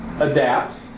adapt